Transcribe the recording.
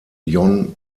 jon